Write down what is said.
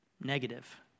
negative